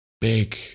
big